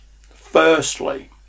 Firstly